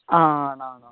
ആണാണോ